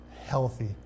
healthy